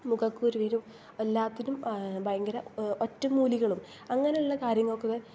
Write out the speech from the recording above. മുഖ കുരുവിനും എല്ലാറ്റിനും ഭയങ്കര ഒറ്റമൂലികളും അങ്ങനെയുള്ള കാര്യങ്ങൾക്കൊക്കെ